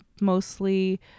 mostly